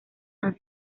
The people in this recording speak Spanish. han